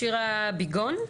שירה ביגון,